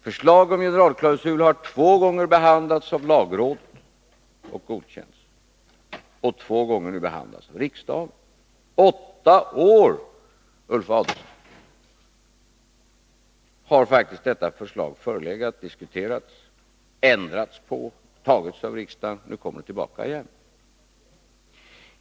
Förslaget om generalklausul har två gånger behandlats av lagrådet och godkänts och två gånger behandlats av riksdagen. I åtta år, Ulf Adelsohn, har faktiskt detta förslag förelegat, diskuterats och ändrats. Det har godtagits av riksdagen, och det har nu kommit tillbaka igen.